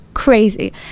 Crazy